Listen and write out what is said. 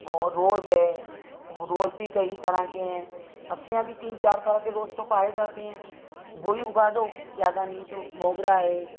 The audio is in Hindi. और रोज़ है रोज़ भी कई तरह के हैं अपने यहाँ भी तीन चार तरह के रोज़ तो पाए जाते हैं वह ही उगा दो ज़्यादा नहीं तो मोगरा है